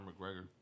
McGregor